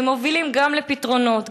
שמובילים גם לפתרונות,